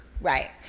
right